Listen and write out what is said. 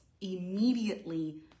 immediately